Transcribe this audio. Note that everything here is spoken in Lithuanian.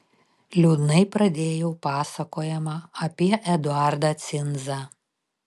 liūdnai pradėjau pasakojimą apie eduardą cinzą